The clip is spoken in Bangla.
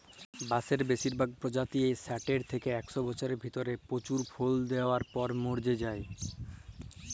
বাঁসের বেসিরভাগ পজাতিয়েই সাট্যের লে একস বসরের ভিতরে জমকাল্যা ফুল দিয়ার পর মর্যে যায়